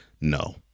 no